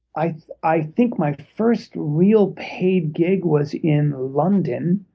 i i think my first real paid gig was in london.